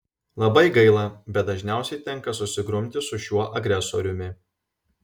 labai gaila bet dažniausiai tenka susigrumti su šiuo agresoriumi